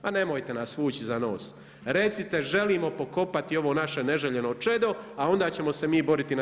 Ma nemojte nas vući za nos, recite želimo pokopati ovo naše neželjeno čedo a onda ćemo se mi boriti na